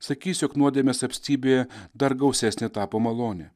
sakys jog nuodėmės apstybė dar gausesnė tapo malonė